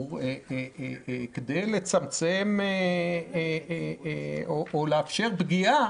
באמור כדי לצמצם או לאפשר פגיעה